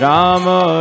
Rama